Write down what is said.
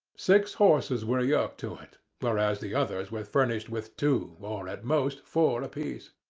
six horses were yoked to it, whereas the others were furnished with two, or, at most, four a-piece.